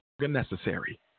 necessary